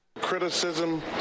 Criticism